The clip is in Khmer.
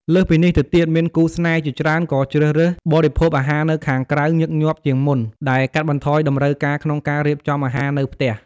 លើសពីនេះទៅទៀតមានគូស្នេហ៍ជាច្រើនក៏ជ្រើសរើស បរិភោគអាហារនៅខាងក្រៅញឹកញាប់ជាងមុន ដែលកាត់បន្ថយតម្រូវការក្នុងការរៀបចំអាហារនៅផ្ទះ។